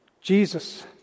Jesus